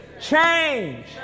change